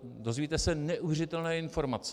Dozvíte se neuvěřitelné informace.